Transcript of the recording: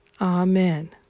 Amen